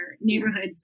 neighborhood